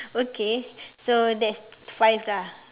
okay so that's five lah